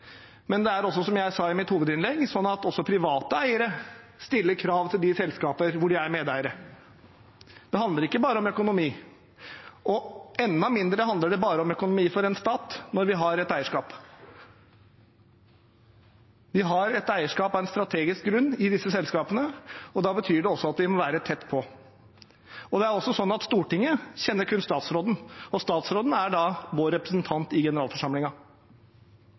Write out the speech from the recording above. men det er også sånn som jeg sa i mitt hovedinnlegg, at private eiere stiller krav til de selskaper hvor de er medeiere. Det handler ikke bare om økonomi, og enda mindre handler det bare om økonomi for en stat når vi har et eierskap. Vi har et eierskap i disse selskapene av en strategisk grunn, og da betyr det også at vi må være tett på. Det er også sånn at Stortinget kun kjenner statsråden, og statsråden er da vår representant i